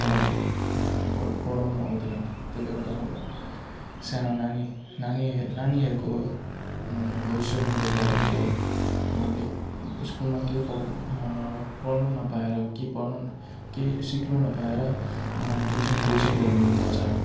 तर उनीहरूले पढ् पढाउनु आउँदैन त्यसले गर्दा सानो नानी नानी नानीहरूको भविष्य पनि बरबाद हुन्छ उनीहरूले स्कुलमा केही पढाउ पढ्नु नपाएर केही पढ्नु केही सिक्नु नपाएर उनीहरूले ट्युसन कोचिङहरू लिनुथाल्छ